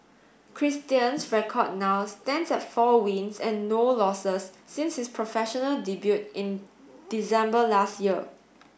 Christian's record now stands at four wins and no losses since his professional debut in December last year